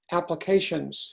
applications